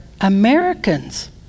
Americans